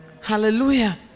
Hallelujah